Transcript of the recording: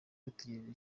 bategereje